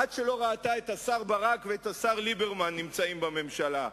עד שלא ראתה את השר ברק ואת השר ליברמן נמצאים בממשלה.